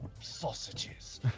sausages